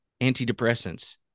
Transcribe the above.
antidepressants